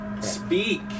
Speak